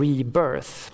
Rebirth